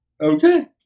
Okay